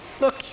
look